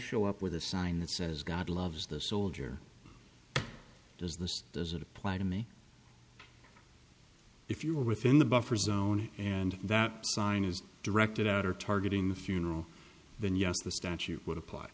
show up with a sign that says god loves this soldier does this doesn't apply to me if you are within the buffer zone and that sign is directed out or targeting the funeral then yes the statute would apply